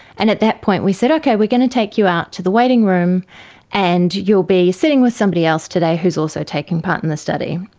and at that point we said, okay, we are going to take you out to the waiting room and you will be sitting with somebody else today who has also taken part in the study.